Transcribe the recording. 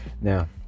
Now